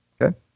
Okay